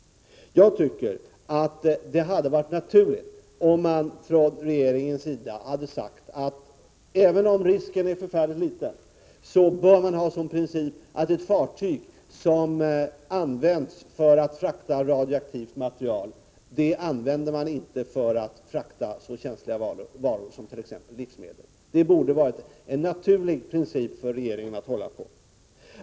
Jag tycker att det hade varit naturligt om man från regeringens sida hade sagt att även om risken är mycket liten bör man ha som princip att ett fartyg som använts för att frakta radioaktivt material inte skall användas för att frakta så känsliga varor som t.ex. livsmedel. Det borde alltså för regeringen vara en naturlig princip att hålla på.